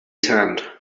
tent